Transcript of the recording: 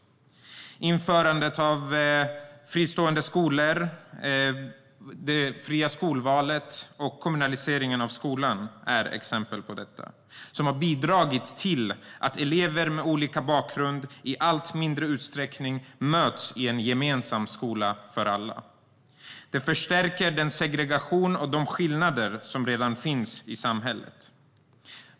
Införandet av fristående skolor, det fria skolvalet och kommunaliseringen av skolan är exempel på sådant som har bidragit till att elever med olika bakgrund i allt mindre utsträckning möts i en gemensam skola för alla. Det förstärker den segregation och de skillnader som redan finns i samhället.